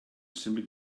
symud